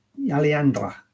Aleandra